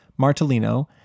Martellino